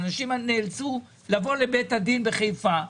אנשים נאלצו לבוא לבית הדין לחיפה,